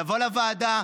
נבוא לוועדה: